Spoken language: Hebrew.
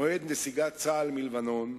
מועד נסיגת צה"ל מלבנון,